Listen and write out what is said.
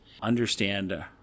understand